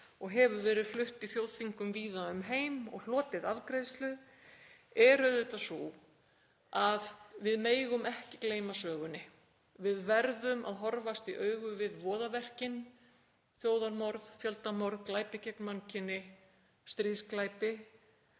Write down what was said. og hefur verið flutt í þjóðþingum víða um heim og hlotið afgreiðslu er auðvitað sú að við megum ekki gleyma sögunni. Við verðum að horfast í augu við voðaverkin, þjóðarmorð, fjöldamorð, glæpi gegn mannkyni, stríðsglæpi.